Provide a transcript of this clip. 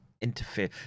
interfere